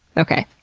okay.